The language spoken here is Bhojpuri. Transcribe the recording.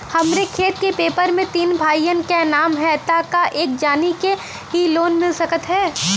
हमरे खेत के पेपर मे तीन भाइयन क नाम ह त का एक जानी के ही लोन मिल सकत ह?